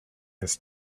his